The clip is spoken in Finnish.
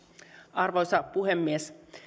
arvoisa puhemies